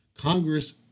Congress